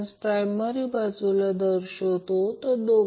तर या प्रकरणात हे उत्तर 12